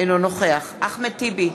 אינו נוכח אחמד טיבי,